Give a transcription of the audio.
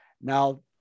now